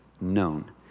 known